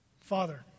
Father